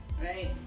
right